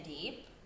deep